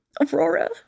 Aurora